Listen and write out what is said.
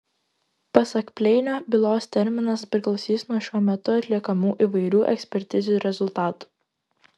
pasak pleinio bylos terminas priklausys nuo šiuo metu atliekamų įvairių ekspertizių rezultatų